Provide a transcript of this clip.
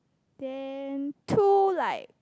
then two like